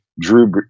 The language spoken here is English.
Drew